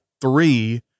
three